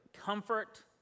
comfort